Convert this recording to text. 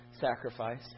sacrifice